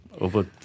over